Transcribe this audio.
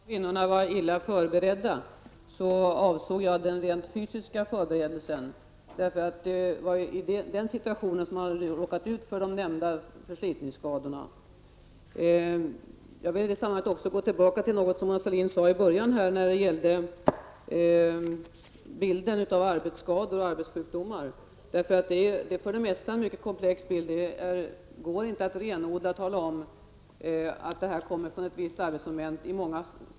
Herr talman! Jag talade tidigare om att kvinnorna var illa förberedda. Jag avsåg då den rent fysiska förberedelsen, eftersom det var i den situationen de råkade ut för de nämnda förslitningsskadorna. Jag vill i detta sammanhang också återkomma till något som Mona Sahlin sade i början av debatten om den bild arbetsskador och arbetssjukdomar uppvisar. Det är för det mesta en mycket komplex bild. I många sammanhang går det inte att säga att dessa skador renodlat beror på ett visst arbetsmoment.